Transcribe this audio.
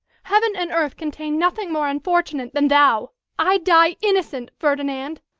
heaven and earth contain nothing more unfortunate than thou! i die innocent, ferdinand!